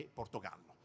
portogallo